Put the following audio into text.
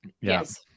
yes